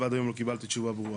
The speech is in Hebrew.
עד היום לא קיבלתי תשובה ברורה.